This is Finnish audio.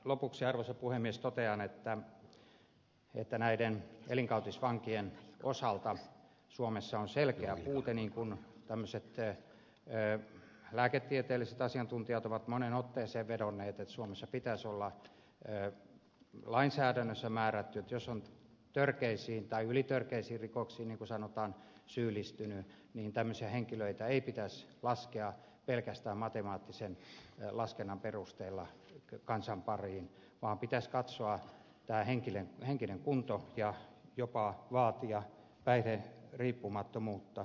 lopuksi arvoisa puhemies totean että näiden elinkautisvankien osalta suomessa on selkeä puute niin kuin tämmöiset lääketieteelliset asiantuntijat ovat moneen otteeseen vedonneet että suomessa pitäisi olla lainsäädännössä määrätty että jos on törkeisiin tai ylitörkeisiin rikoksiin niin kuin sanotaan syyllistynyt niin tämmöisiä henkilöitä ei pitäisi laskea pelkästään matemaattisen laskennan perusteella kansan pariin vaan pitäisi katsoa henkinen kunto ja jopa vaatia päihderiippumattomuutta